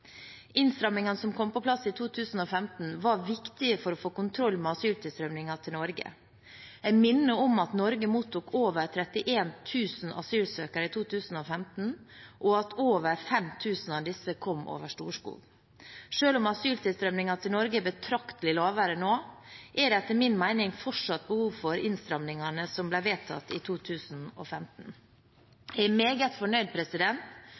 Innstramningene som kom på plass i 2015, var viktige for å få kontroll med asyltilstrømningen til Norge. Jeg minner om at Norge mottok over 31 000 asylsøkere i 2015, og at over 5 000 av disse kom over Storskog. Selv om asyltilstrømningen til Norge er betraktelig lavere nå, er det etter min mening fortsatt behov for innstramningene som ble vedtatt i 2015. Jeg er meget fornøyd